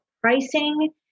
pricing